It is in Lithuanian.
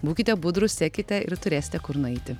būkite budrūs sekite ir turėsite kur nueiti